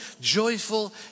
joyful